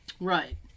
Right